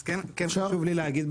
אז כן חשוב לי להגיד,